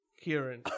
Kieran